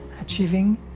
achieving